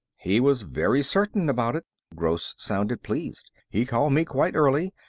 he was very certain about it. gross sounded pleased. he called me quite early.